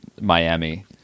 miami